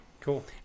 Cool